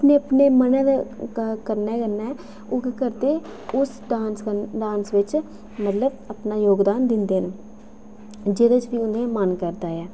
अपने अपने मनै दे करने कन्नै ओह् केह् करदे उस डांस कन्नै डांस बिच मतलब अपना योगदान दिं'दे न जेह्दे च वी उ'नें मन करदा ऐ